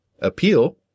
appeal